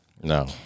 No